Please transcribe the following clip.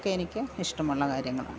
ഒക്കെ എനിക്ക് ഇഷ്ടമുള്ള കാര്യങ്ങളാണ്